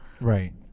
right